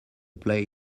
play